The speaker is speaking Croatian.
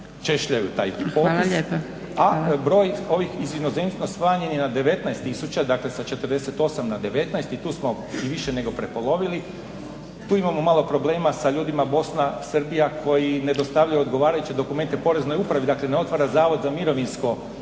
"češljaju" taj popis, a broj ovih iz inozemstva smanjen je na 19 tisuća dakle sa 40 na 19 i tu smo i više nego prepolovili. Tu imamo malo problema sa ljudima, Bosna, Srbija koji ne dostavljaju odgovarajuće dokumente Poreznoj upravi dakle ne otvara HZMO OIB ne